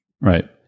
Right